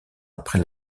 après